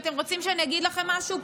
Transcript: ואתם רוצים שאני אגיד לכם משהו?